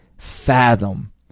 fathom